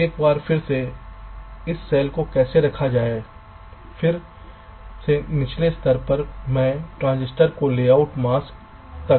एक बार फिर से इस Cells को कैसे रखा जाए फिर से निचले स्तर पर में ट्रांजिस्टर को लेआउट मास्क तक